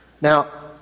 Now